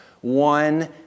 one